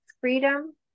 freedom